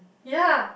ya